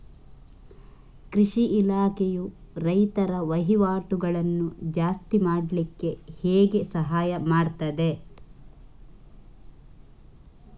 ಕೃಷಿ ಇಲಾಖೆಯು ರೈತರ ವಹಿವಾಟುಗಳನ್ನು ಜಾಸ್ತಿ ಮಾಡ್ಲಿಕ್ಕೆ ಹೇಗೆ ಸಹಾಯ ಮಾಡ್ತದೆ?